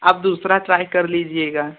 आप दूसरा ट्राई कर लीजिएगा